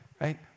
Right